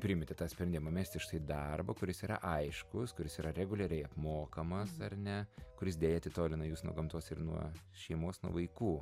priėmėte tą sprendimą mesti štai darbą kuris yra aiškus kuris yra reguliariai apmokamas ar ne kuris deja atitolina jus nuo gamtos ir nuo šeimos nuo vaikų